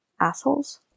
assholes